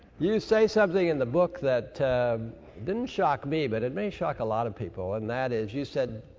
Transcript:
you say something in the book that, didn't shock me, but it may shock a lot of people. and that is, you said,